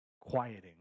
quieting